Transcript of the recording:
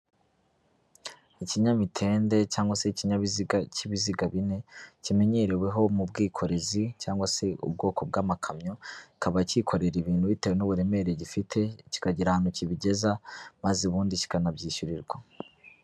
Ikinyamitende cyangwa se ikinyabiziga cy'ibiziga bine, kimenyereweho mu bwikorezi cyangwa se ubwoko bw'amakamyo, kikaba kikorera ibintu bitewe n'uburemere gifite, kikagira ahantu kibigeza maze ubundi kikanabyishyurirwa.